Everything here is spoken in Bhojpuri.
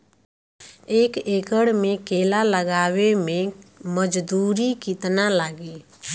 एक एकड़ में केला लगावे में मजदूरी कितना लागी?